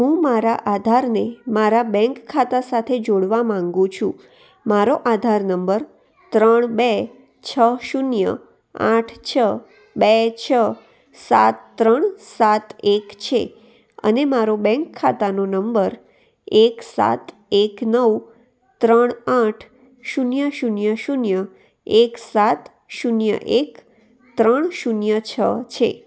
હું મારા આધારને મારા બેન્ક ખાતા સાથે જોડવા માંગુ છું મારો આધાર નંબર ત્રણ બે છ શૂન્ય આઠ છ બે છ સાત ત્રણ સાત એક છે અને મારો બેન્ક ખાતાનો નંબર એક સાત એક નવ ત્રણ આઠ શૂન્ય શૂન્ય શૂન્ય એક સાત શૂન્ય એક ત્રણ શૂન્ય છ છે